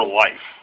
life